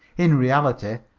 in reality,